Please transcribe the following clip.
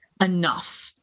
enough